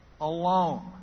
alone